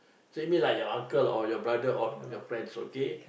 treat me like your uncle or your brother or your friends okay